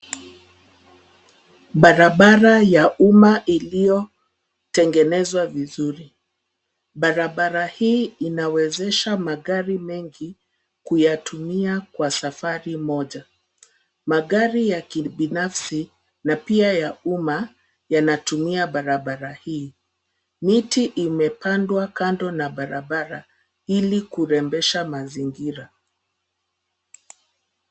Barabara ya umma iliyotengenezwa vizuri. Barabara hii inawezesha magari mengi kuyatumia kwa safari moja. Magari ya kibinafsi na pia ya umma yanatumia barabara hii. Miti imepandwa kando na barabara ili kurembesha mazingira.